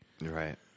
right